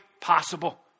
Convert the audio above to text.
possible